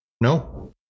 No